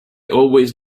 always